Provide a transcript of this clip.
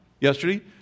yesterday